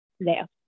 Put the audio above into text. left